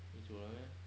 你煮的 meh